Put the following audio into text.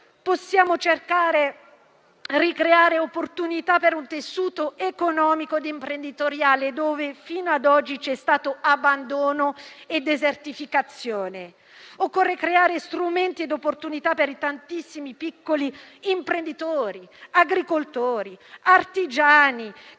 cercare di creare opportunità per un tessuto economico e imprenditoriale nel quale fino ad oggi ci sono stati abbandono e desertificazione. Occorre creare strumenti e opportunità per i tantissimi piccoli imprenditori, agricoltori e artigiani